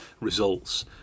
results